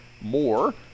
more